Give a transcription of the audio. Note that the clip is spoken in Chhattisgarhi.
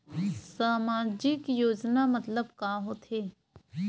सामजिक योजना मतलब का होथे?